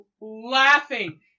laughing